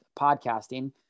podcasting